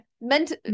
meant